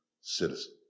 citizen